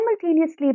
Simultaneously